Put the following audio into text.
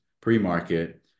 pre-market